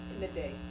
midday